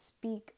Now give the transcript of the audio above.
speak